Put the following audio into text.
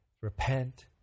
Repent